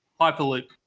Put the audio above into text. Hyperloop